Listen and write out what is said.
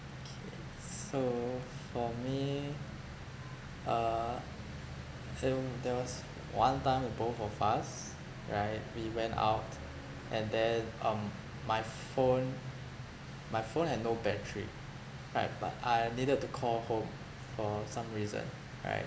K s~ so for me uh uh there was one time when both of us right we went out and then um my ph~ phone my phone had no battery right but I needed to call home for some reason right